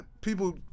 people